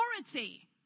authority